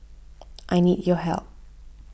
I need your help